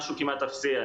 משהו כמעט אפסי.